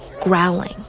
growling